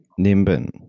Nimbin